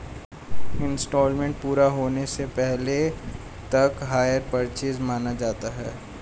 instalment पूरा होने से पहले तक हायर परचेस माना जाता है